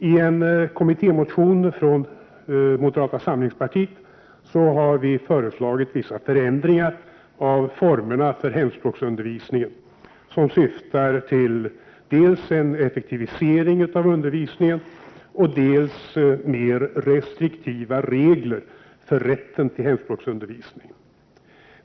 I en kommittémotion föreslår vi i moderata samlingspartiet vissa förändringar av formerna för hemspråksundervisningen i syfte att åstadkomma dels en effektivisering av undervisningen, dels mera restriktiva regler för rätten till hemspråksundervisning.